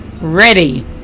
ready